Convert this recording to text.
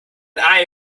eye